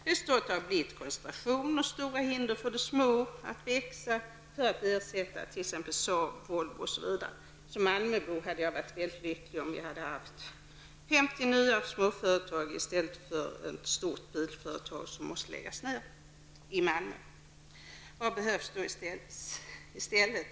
Reslutatet har blivit koncentration och stora hinder för de små att växa för att ersätta Saab, Volvo osv. Som malmöbo hade jag varit helt lycklig om vi hade haft 50 nya småföretag i stället för ett stort bilföretag som måste läggas ner i Malmö. Vad behövs då i stället?